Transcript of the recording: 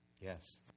Yes